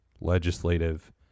legislative